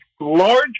large